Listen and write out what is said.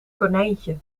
konijntje